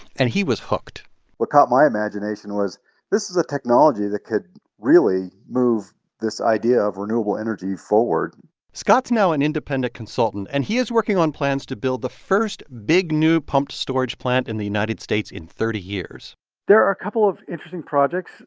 and he was hooked what caught my imagination was this is a technology that could really move this idea of renewable energy forward scott's now an independent consultant, and he is working on plans to build the first big new pumped storage plant in the united states in thirty years there are a couple of interesting projects.